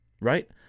right